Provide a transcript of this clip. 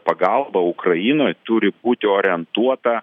pagalba ukrainoj turi būti orientuota